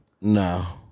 No